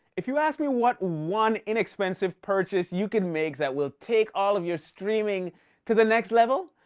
if you ask me what one, inexpensive purchase you can make that will take all of your streaming to the next level,